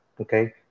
okay